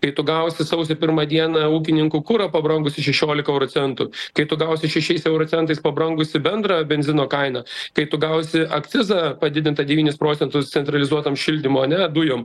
kai tu gausi sausio pirmą dieną ūkininkų kurą pabrangusį šešiolika euro centų kai tu gausi šešiais euro centais pabrangusį bendrą benzino kainą kai tu gausi akcizą padidintą devyniais procentais centralizuotam šildymo ane dujom